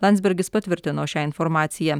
landsbergis patvirtino šią informaciją